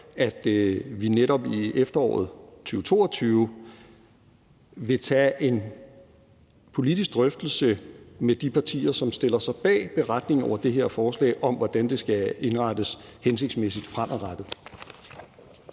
at vi netop i efteråret 2022 vil tage en politisk drøftelse med de partier, som stiller sig bag beretningen vedrørende det her forslag, om, hvordan det skal indrettes hensigtsmæssigt fremadrettet.